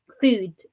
food